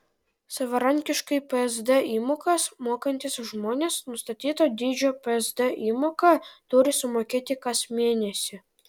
savarankiškai psd įmokas mokantys žmonės nustatyto dydžio psd įmoką turi sumokėti kas mėnesį